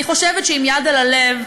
אני חושבת שעם יד על הלב,